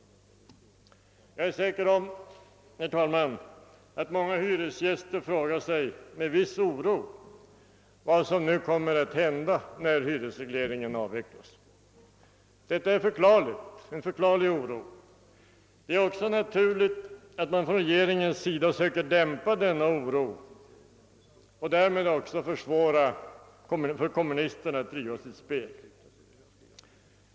Jag är säker på, herr talman, att många hyresgäster med viss oro frågar sig vad som kommer att hända när hyresregleringen avvecklas. Oron är förklarlig. Det är också naturligt att regeringen söker dämpa denna oro och därmed försvåra för kommunisterna att driva sitt spel.